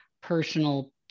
personal